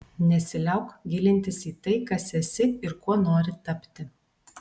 nesiliauk gilintis į tai kas esi ir kuo nori tapti